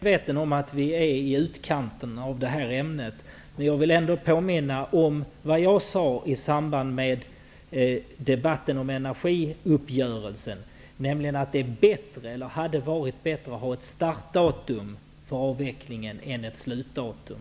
Herr talman! Jag är medveten om att vi är i utkanten av ämnet i denna debatt. Men jag vill ändå påminna om vad jag sade i samband med debatten om energiuppgörelsen, nämligen att det hade varit bättre att ha ett startdatum för avvecklingen än ett slutdatum.